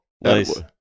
Nice